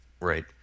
Right